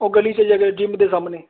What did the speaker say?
ਉਹ ਗਲੀ ਤੇ ਜਿੰਮ ਦੇ ਸਾਹਮਣੇ